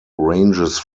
ranges